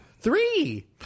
Three